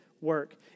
work